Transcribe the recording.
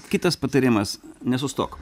kitas patarimas nesustok